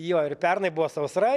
jo ir pernai buvo sausra